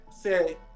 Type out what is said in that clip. Say